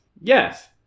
Yes